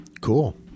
Cool